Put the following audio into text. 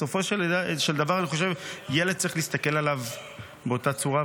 בסופו של דבר אני חושב שעל ילד צריך להסתכל באותה צורה,